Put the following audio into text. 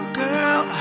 girl